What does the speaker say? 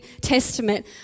Testament